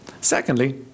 Secondly